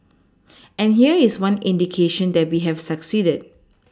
and here is one indication that we have succeeded